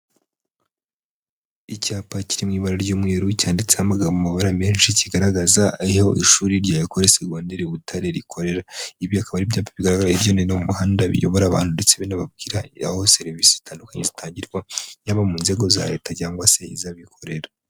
Icyapa kiri mu ibara ry'umweru cyanditseho amabara menshi kigaragaza aho ishuri rya ekore segondere Butare rikorera. Ibyo akaba ari ibyapa bigaragara hirya no hino mu muhanda, biyobora abantu ndetse binababwira aho serivisi zitandukanye zitangirwa, yaba mu nzego za leta cyangwa se iz'abikorera.